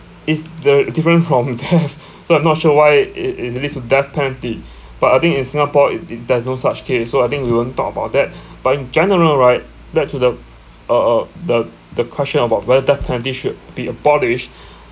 is the different problem to have so I'm not sure why it it is leads to death penalty but I think in singapore it it there's no such case so I think we won't talk about that but in general right back to the uh uh the the question about whether death penalty should be abolished